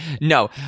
No